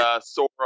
Sora